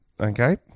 Okay